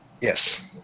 Yes